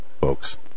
folks